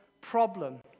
problem